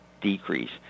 decrease